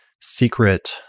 secret